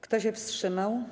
Kto się wstrzymał?